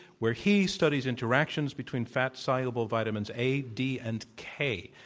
where he studies interactions between fat-soluble vitamins a, d, and k.